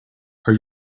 are